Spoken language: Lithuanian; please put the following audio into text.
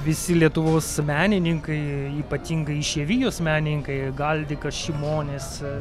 visi lietuvos menininkai ypatingai išeivijos menininkai galdika šimonis